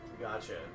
Gotcha